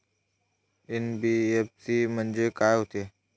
NBFC म्हणजे का होते?